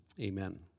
Amen